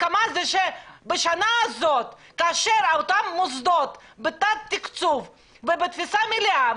הסכמה זה שבשנה הזאת כאשר אותם מוסדות בתת תקצוב ובתפוסה מלאה,